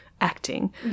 acting